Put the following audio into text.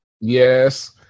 Yes